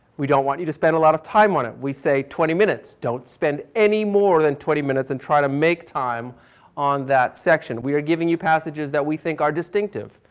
we don't want you to spend a lot of time on it, we say twenty minutes. don't spend anymore than twenty minutes and try to make time on that section. we are giving you passages that we think are distinctive,